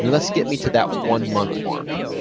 let's get me to that one-month mark.